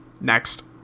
next